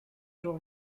jour